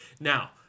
Now